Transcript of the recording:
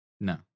No